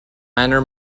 manner